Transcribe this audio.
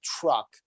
truck